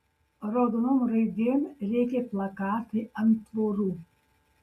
raudonom raidėm rėkė plakatai ant tvorų